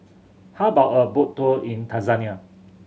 how about a boat tour in Tanzania